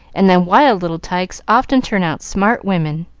and them wild little tykes often turn out smart women.